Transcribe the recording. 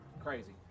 crazy